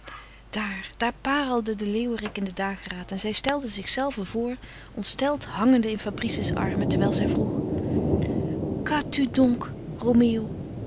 daar daar parelde de leeuwerik in den dageraad en zij stelde zichzelve voor ontsteld hangende in fabrice's armen terwijl zij vroeg qu'as tu donc